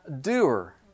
doer